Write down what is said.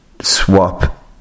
swap